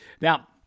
Now